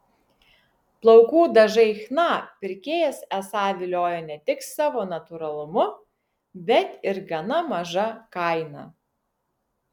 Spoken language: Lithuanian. plaukų dažai chna pirkėjas esą viliojo ne tik savo natūralumu bet ir gana maža kaina